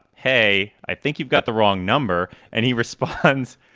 hey, i think you've got the wrong number. and he responds,